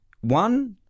one